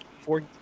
Four